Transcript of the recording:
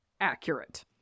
accurate